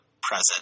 present